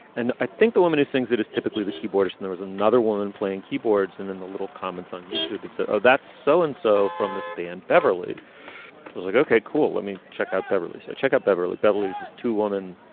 and i think the woman who sings that is typically the keyboardist and there is another woman playing keyboards. and then the little comments on youtube, it's a oh, that's so-and-so so and so from this band. beverly was like, okay, cool. let me check out beverly. so check out beverly beverley's is to woman,